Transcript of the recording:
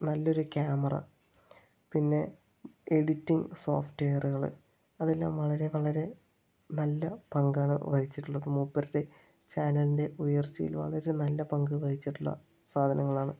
നല്ലൊരു ക്യാമറ പിന്നെ എഡിറ്റിങ്ങ് സോഫ്റ്റുവെയറുകൾ അതെല്ലാം വളരെ വളരെ നല്ല പങ്കാണ് വഹിച്ചിട്ടുള്ളത് മൂപ്പരുടെ ചാനലിൻ്റെ ഉയർച്ചയിൽ വളരെ നല്ല പങ്കുവഹിച്ചിട്ടുള്ള സാധനങ്ങളാണ്